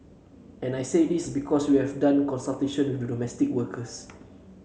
and I say this because we have done consultation with domestic workers